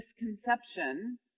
misconception